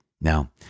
Now